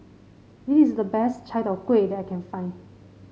this is the best Chai Tow Kuay that I can find